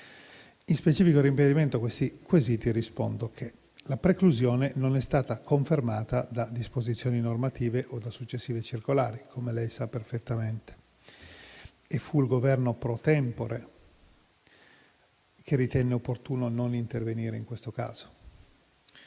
In specifico riferimento a questi quesiti rispondo che la preclusione non è stata confermata da disposizioni normative o da successive circolari, come l'interrogante sa perfettamente. Fu il Governo *pro tempore* che ritenne opportuno non intervenire in questo caso.